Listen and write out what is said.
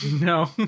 No